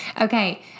Okay